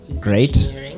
Great